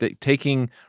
taking